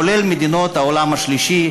כולל מדינות העולם השלישי,